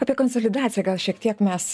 apie konsolidaciją gal šiek tiek mes